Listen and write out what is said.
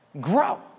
grow